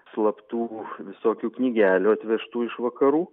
slaptų visokių knygelių atvežtų iš vakarų